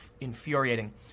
infuriating